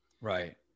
Right